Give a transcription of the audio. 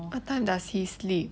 what time does he sleep